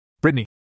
Brittany